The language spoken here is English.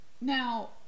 Now